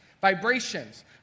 vibrations